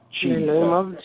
Jesus